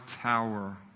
tower